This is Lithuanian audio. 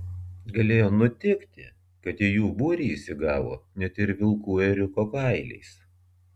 galėjo nutikti kad į jų būrį įsigavo net ir vilkų ėriuko kailiais